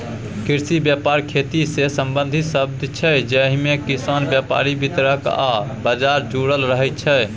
कृषि बेपार खेतीसँ संबंधित शब्द छै जाहिमे किसान, बेपारी, बितरक आ बजार जुरल रहय छै